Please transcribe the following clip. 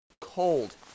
Cold